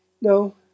No